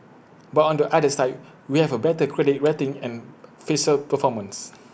but on the other side we have A better credit rating and fiscal performance